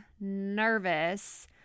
nervous